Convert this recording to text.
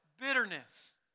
Bitterness